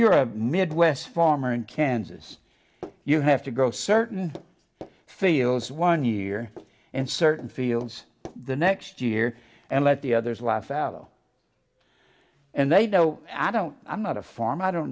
you're a midwest farmer in kansas you have to go certain fields one year and certain fields the next year and let the others laugh out and they no i don't i'm not a farmer i don't